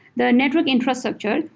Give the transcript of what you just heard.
their network infrastructure,